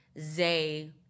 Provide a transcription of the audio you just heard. Zay